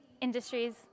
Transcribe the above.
industries